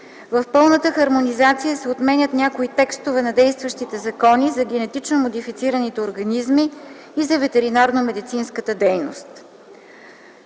С пълната хармонизация се отменят някои текстове на действащите закони за генетично модифицираните организми и ветеринарномедицинската дейност.